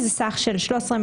הציוד עצמו הוא ציוד יקר.